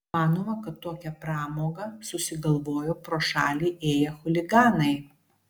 manoma kad tokią pramogą susigalvojo pro šalį ėję chuliganai